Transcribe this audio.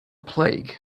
plague